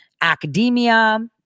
academia